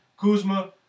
Kuzma